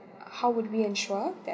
how would we ensure that